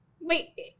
wait